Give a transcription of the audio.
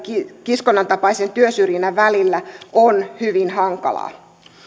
kiskonnan tapaisen työsyrjinnän välillä on hyvin hankalaa